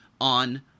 on